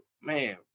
man